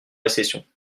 récession